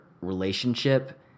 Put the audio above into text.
relationship